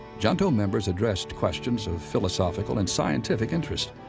junto members addressed questions of philosophical and scientific interest.